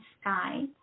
sky